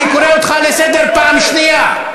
אני קורא אותך לסדר פעם שנייה.